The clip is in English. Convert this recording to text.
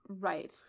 Right